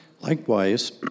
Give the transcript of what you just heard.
Likewise